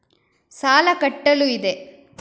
ಸಾಲ ಕಟ್ಟಲು ಇದೆ